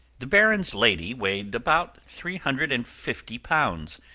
the baron's lady weighed about three hundred and fifty pounds,